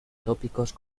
tópicos